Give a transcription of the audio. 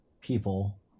people